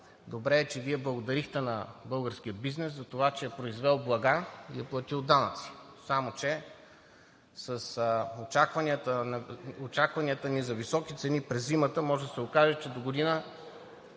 Добре е, че Вие благодарихте на българския бизнес, затова че е произвел блага и е платил данъци, само че с очакванията ни за високи цени през зимата, може да се окаже, че догодина